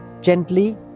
gently